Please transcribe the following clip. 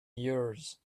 years